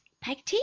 Peggy